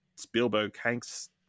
Spielberg-Hank's